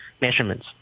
measurements